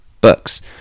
books